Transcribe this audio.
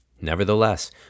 Nevertheless